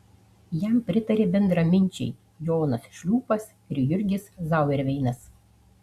jam pritarė bendraminčiai jonas šliūpas ir jurgis zauerveinas